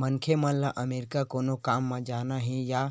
मनखे ल अमरीका कोनो काम म जाना हे या